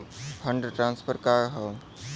Fund transfer का हव?